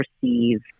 perceive